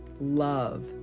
love